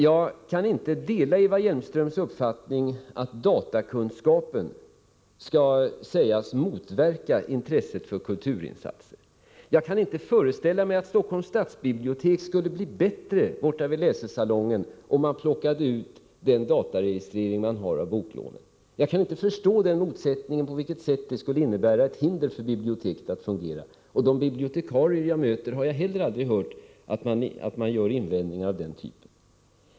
Jag kan inte dela Eva Hjelmströms uppfattning att datakunskapen motverkar intresset för kulturinsatser. Jag kan inte föreställa mig att t.ex. Stockholms stadsbiblioteks läsesalong skulle bli bättre om man plockade ut den dataregistrering man där har av boklånen. Jag kan inte förstå på vilket sätt den skulle innebära ett hinder för biblioteket att fungera bra. De bibliotekarier jag möter har jag heller aldrig hört göra invändningar av den typen.